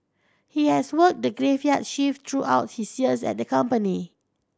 he has worked the graveyard shift throughout his years at the company